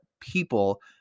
people